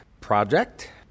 Project